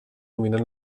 dominen